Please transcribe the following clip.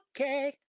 Okay